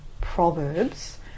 Proverbs